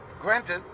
Granted